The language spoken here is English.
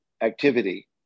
activity